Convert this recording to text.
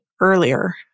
earlier